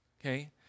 okay